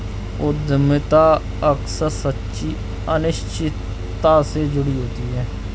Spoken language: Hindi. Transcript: उद्यमिता अक्सर सच्ची अनिश्चितता से जुड़ी होती है